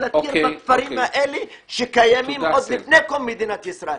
להכיר בכפרים האלה שקיימים עוד מלפני קום מדינת ישראל?